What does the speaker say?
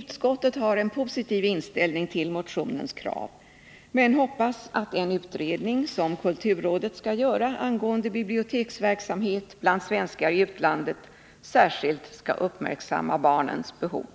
Utskottet har en positiv inställning till motionens krav men hoppas att en utredning som kulturrådet skall göra angående biblioteksverksamhet bland svenskar i utlandet särskilt skall uppmärksamma barnens behov.